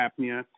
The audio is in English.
apnea